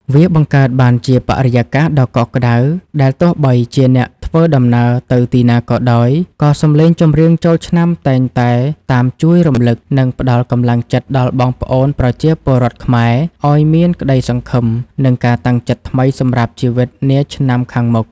វាបង្កើតបានជាបរិយាកាសដ៏កក់ក្តៅ ដែលទោះបីជាអ្នកធ្វើដំណើរទៅទីណាក៏ដោយ ក៏សម្លេងចម្រៀងចូលឆ្នាំតែងតែតាមជួយរំលឹក និងផ្ដល់កម្លាំងចិត្តដល់បងប្អូនប្រជាពលរដ្ឋខ្មែរឱ្យមានក្តីសង្ឃឹម និងការតាំងចិត្តថ្មីសម្រាប់ជីវិតនាឆ្នាំខាងមុខ។